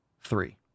three